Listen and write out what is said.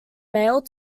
mailed